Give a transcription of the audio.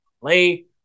play